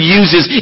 uses